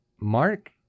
Mark